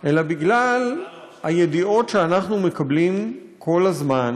אלא בגלל הידיעות שאנחנו מקבלים כל הזמן,